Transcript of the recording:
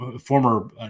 former